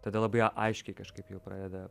tada labai aiškiai kažkaip jau pradeda